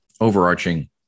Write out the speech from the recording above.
overarching